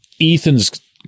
Ethan's